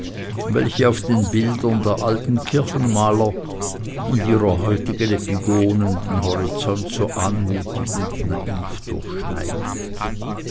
welche auf den bildern der alten kirchenmaler und ihrer heutigen epigonen den horizont so anmutig und naiv durchschneiden